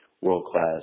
world-class